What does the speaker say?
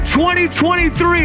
2023